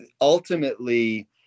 ultimately